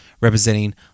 Representing